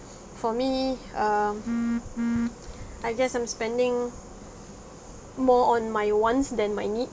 for me um I guess I'm spending more on my wants than my needs